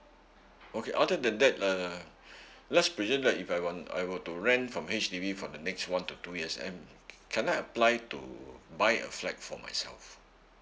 okay other than that uh let's presume that if I want I were to rent from H_D_B for the next one to two years am can I apply to buy a flat for myself